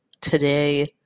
today